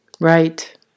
right